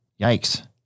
Yikes